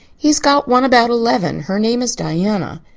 he's got one about eleven. her name is diana.